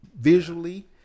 visually